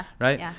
right